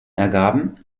ergaben